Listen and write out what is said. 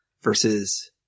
versus